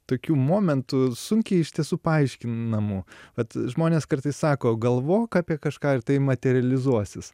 tokių momentų sunkiai iš tiesų paaiškinamų vat žmonės kartais sako galvok apie kažką ir tai materializuosis